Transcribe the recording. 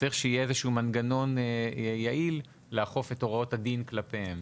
וצריך שיהיה איזה שהוא מנגנון יעיל כדי לאכוף את הוראות הדין כלפיהם.